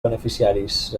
beneficiaris